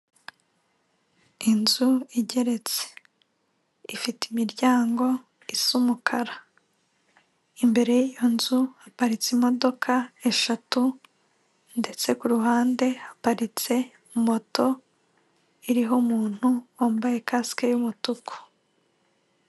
Inzu igeretse ifite imiryango isa umukara, imbere y'iyo nzu haparitse imodoka eshatu ndetse ku ruhande haparitse moto iriho umuntu wambaye kasike y'umutuku.